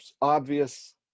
obvious